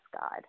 God